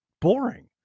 boring